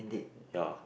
ya